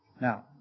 Now